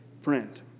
friend